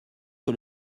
que